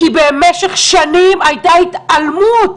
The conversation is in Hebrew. כי במשך שנים הייתה התעלמות.